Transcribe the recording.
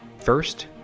First